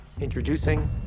Introducing